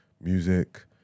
music